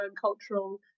cultural